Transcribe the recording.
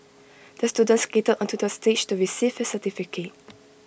the student skated onto the stage to receive his certificate